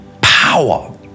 power